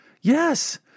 Yes